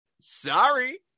Sorry